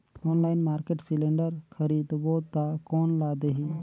Online market cylinder खरीदबो ता कोन ला देही?